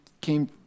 came